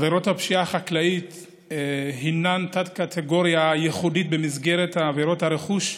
עבירות הפשיעה החקלאית הינן תת-קטגוריה ייחודית במסגרת עבירות הרכוש,